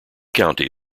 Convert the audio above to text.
county